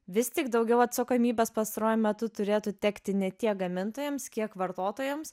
vis tik daugiau atsakomybės pastaruoju metu turėtų tekti ne tiek gamintojams kiek vartotojams